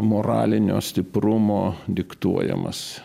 moralinio stiprumo diktuojamas